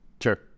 Sure